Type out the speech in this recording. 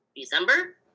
December